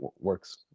works